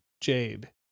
jade